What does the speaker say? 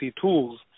tools